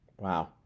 Wow